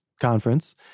conference